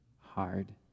hard